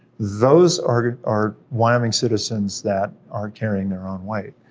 those are are wyoming citizens that are carrying their own weight.